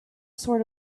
sort